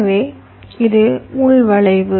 எனவே இது உள் வளைவு